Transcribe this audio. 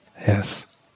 Yes